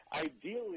Ideally